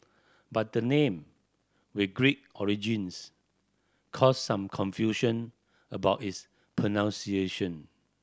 but the name with Greek origins caused some confusion about its pronunciation